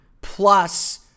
plus